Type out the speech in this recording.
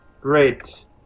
Great